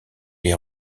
les